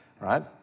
Right